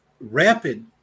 rapid